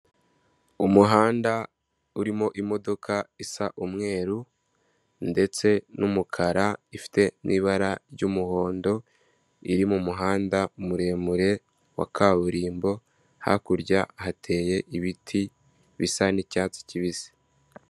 Umuhanda urimo imodoka isa umweru ndetse n'umukara, ifite n'ibara ry'umuhondo iri mu muhanda muremure wa kaburimbo hakurya hateye ibiti bisa n'icyatsi kibisi.